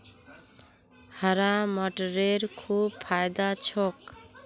हरा मटरेर खूब फायदा छोक